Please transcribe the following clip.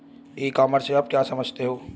ई commerce से आप क्या समझते हो?